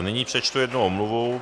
Nyní přečtu jednu omluvu.